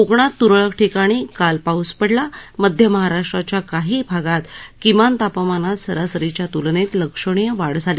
कोकणात त्रळक ठिकाणी काल पाऊस पडला मध्य महाराष्ट्राच्या काही भागात किमान तापमानात सरसरीच्या त्लनेत लक्षणीय वाढ झाली